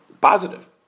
positive